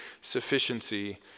sufficiency